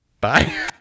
Bye